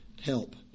help